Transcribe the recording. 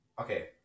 okay